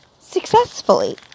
successfully